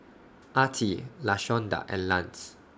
Artie Lashonda and Lance